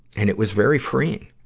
and it was very freeing.